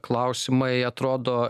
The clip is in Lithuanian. klausimai atrodo